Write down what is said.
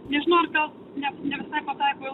nežinau ar gal net nevisai pataiko